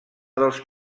dels